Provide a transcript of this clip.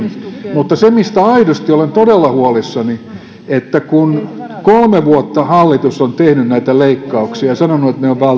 mutta se mistä aidosti olen todella huolissani on se kun kolme vuotta hallitus on tehnyt näitä leikkauksia sanonut että ne